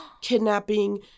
kidnapping